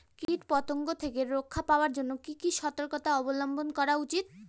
কীটপতঙ্গ থেকে রক্ষা পাওয়ার জন্য কি কি সর্তকতা অবলম্বন করা উচিৎ?